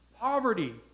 Poverty